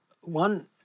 one